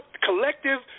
collective